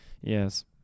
Yes